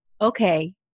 Okay